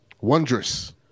Wondrous